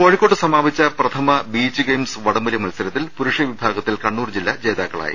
കോഴിക്കോട് സമാപിച്ച പ്രഥമ beach games വടംവലി മത്സ രത്തിൽ പുരുഷ വിഭാഗത്തിൽ കണ്ണൂർ ജില്ല ജേതാക്കളായി